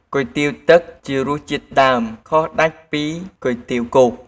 គុយទាវទឹកជារសជាតិដើម ខុសដាច់ពីគុយទាវគោក។